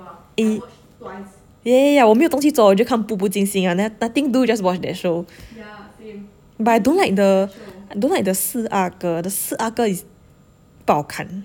eh yeah yeah yeah 我没有东西做我就看步步惊心 nothing do just watch that show but I don't like the I don't like the 四阿哥 the 四阿哥 is 不好看